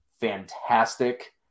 fantastic